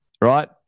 right